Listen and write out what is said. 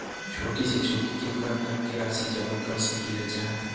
छोटी से छोटी कितना तक के राशि जमा कर सकीलाजा?